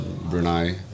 Brunei